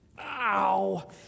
Ow